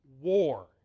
war